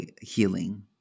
healing